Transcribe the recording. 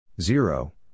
zero